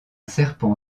serpent